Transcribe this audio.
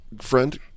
Friend